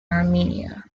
armenia